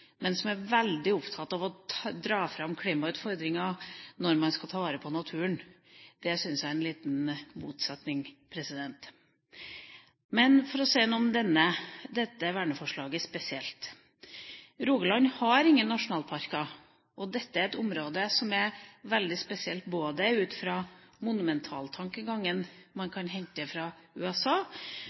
men som er veldig opptatt av å dra fram klimautfordringer når vi skal ta vare på naturen. Det syns jeg er en liten motsetning. Men for å si noe om dette verneforslaget spesielt: Rogaland har ingen nasjonalparker. Dette er et område som er veldig spesielt, både ut fra monumentaltankegangen vi kan hente fra USA,